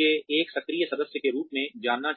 के एक सक्रिय सदस्य के रूप में जानना चाहूंगा